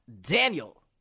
daniel